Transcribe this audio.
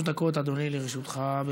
שלוש דקות, אדוני, לרשותך.